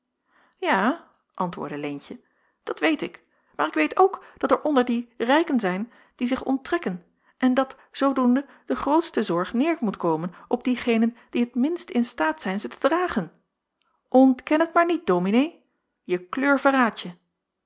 ja antwoordde leentje dat weet ik maar ik weet ook dat er onder die rijken zijn die zich onttrekken en dat zoodoende de grootste zorg neêr moet komen op diegenen die t minst in staat zijn ze te dragen ontken het maar niet dominee je kleur